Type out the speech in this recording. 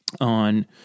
on